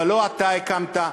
אבל לא אתה הקמת,